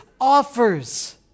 offers